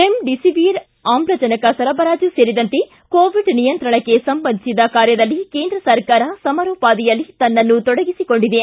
remdesivir ಆಮ್ಲಜನಕ ಸರಬರಾಜು ಸೇರಿದಂತೆ ಕೋವಿಡ್ ನಿಯಂತ್ರಣಕ್ಕೆ ಸಂಬಂಧಿಸಿದ ಕಾರ್ಯದಲ್ಲಿ ಕೇಂದ್ರ ಸರಕಾರ ಸಮರೋಪಾದಿಯಲ್ಲಿ ತನ್ನನ್ನು ತೊಡಗಿಸಿಕೊಂಡಿದೆ